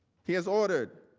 he has ordered